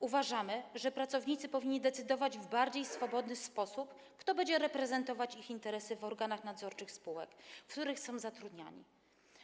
Uważamy, że pracownicy powinni decydować w bardziej swobodny sposób, kto będzie reprezentować ich interesy w organach nadzorczych spółek, w których są zatrudniani.